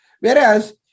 Whereas